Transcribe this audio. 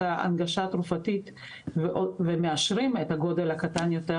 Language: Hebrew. ההנגשה התרופתית ומאשרים את הגודל הקטן יותר,